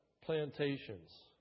plantations